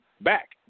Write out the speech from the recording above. back